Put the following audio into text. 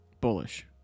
Bullish